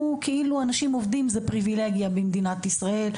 אנשים עובדים זו פריווילגיה במדינת ישראל,